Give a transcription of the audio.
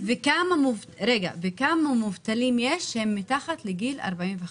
וכמה מובטלים יש שהם מתחת לגיל 45,